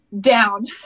Down